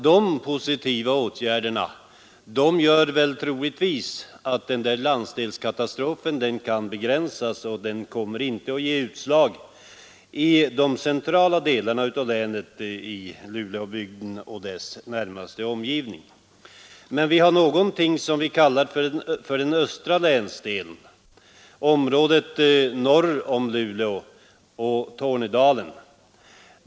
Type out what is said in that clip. De medför troligtvis att landsdelskatastrofen kan begränsas och inte kommer att beröra de centrala delarna av länet — Luleåbygden och dess närmaste omgivning. Men vi har någonting som vi kallar den östra länsdelen — området norr om Luleå och Tornedalen.